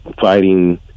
fighting